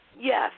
Yes